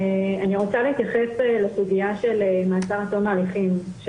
אני רוצה להתייחס לסוגיה של מעצר עד תום ההליכים.